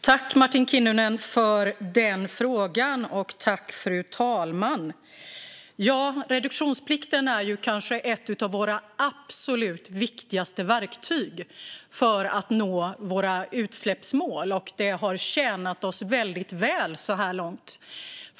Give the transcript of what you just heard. Fru talman! Tack, Martin Kinnunen, för frågan! Reduktionsplikten är kanske ett av våra absolut viktigaste verktyg för att nå våra utsläppsmål, och det har tjänat oss väldigt väl så här långt.